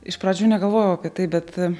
iš pradžių negalvojau apie tai bet